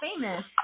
famous